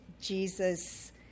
Jesus